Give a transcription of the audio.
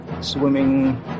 swimming